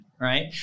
right